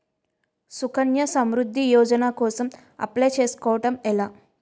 సుకన్య సమృద్ధి యోజన కోసం అప్లయ్ చేసుకోవడం ఎలా?